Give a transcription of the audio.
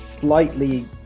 slightly